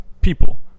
people